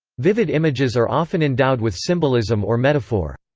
vivid images are often endowed with symbolism or metaphor.